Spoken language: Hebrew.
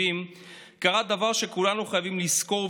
17:30, ועדיין לא יושבים.